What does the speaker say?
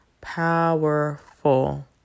powerful